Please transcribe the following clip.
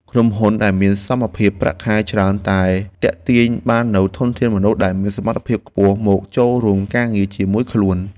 ក្រុមហ៊ុនដែលមានសមភាពប្រាក់ខែច្រើនតែទាក់ទាញបាននូវធនធានមនុស្សដែលមានសមត្ថភាពខ្ពស់មកចូលរួមការងារជាមួយខ្លួន។